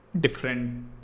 different